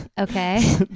Okay